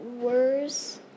worse